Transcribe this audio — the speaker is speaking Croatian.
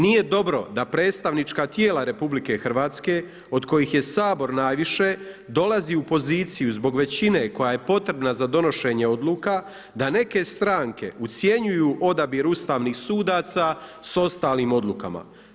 Nije dobro da predstavnička tijela RH, od kojih je Sabor najviše, dolazi u poziciju zbog većine koja je potrebna za donošenje odluka, a neka stranke ucjenjuju odabir ustavnim sudaca s ostalim odlukama.